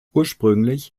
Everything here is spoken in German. ursprünglich